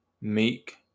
meek